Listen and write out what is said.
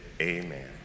amen